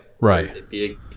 Right